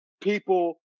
people